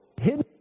hidden